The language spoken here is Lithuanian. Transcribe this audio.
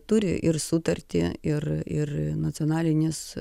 turi ir sutartį ir ir nacionalinės